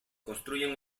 construyen